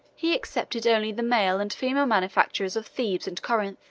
he excepted only the male and female manufacturers of thebes and corinth,